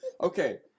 Okay